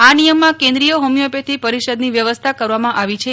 આ નિથમમાં કેન્દ્રીય હોમીયોપોથી પરિષદની વ્યવસ્થા કરવામાં આવી છે